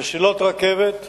מסילות רכבת ועוד.